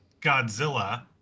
Godzilla